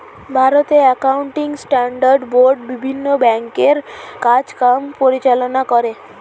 ভারতে accounting standard board বিভিন্ন ব্যাংকের কাজ কাম পরিচালনা করে